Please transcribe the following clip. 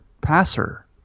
passer